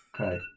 okay